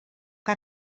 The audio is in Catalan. que